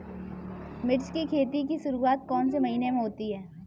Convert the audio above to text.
मिर्च की खेती की शुरूआत कौन से महीने में होती है?